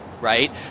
right